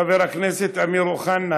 חבר הכנסת אמיר אוחנה,